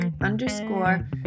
underscore